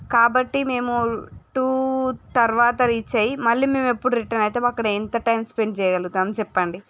కాబట్టి మేము టూ తర్వాత రీచ్ అయ్యి మళ్ళీ మేము ఎప్పుడు రిటర్న్ అవుతామో ఎంత టైం స్పెండ్ చేయగలుగుతాం చెప్పండి